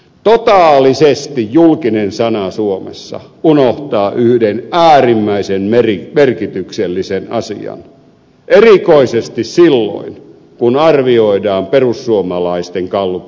totaalisesti julkinen sana suomessa unohtaa yhden äärimmäisen merkityksellisen asian erikoisesti silloin kun arvioidaan perussuomalaisten gallupkannatusta